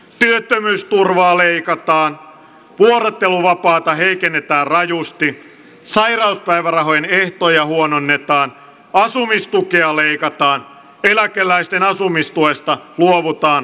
työttömyysturvaa leikataan vuorotteluvapaata heikennetään rajusti sairauspäivärahan ehtoja huononnetaan asumistukea leikataan eläkeläisten asumistuesta luovutaan kokonaan